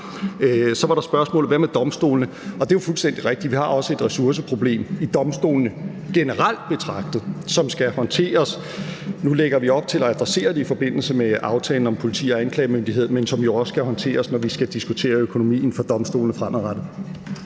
Så var der spørgsmålet: Hvad med domstolene? Og det er jo fuldstændig rigtigt, at vi også har et ressourceproblem i domstolene generelt betragtet, som skal håndteres. Nu lægger vi op til at adressere det i forbindelse med aftalen om politi og anklagemyndighed, men det skal jo også håndteres, når vi skal diskutere økonomien for domstolene fremadrettet.